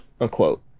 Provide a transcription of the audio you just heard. unquote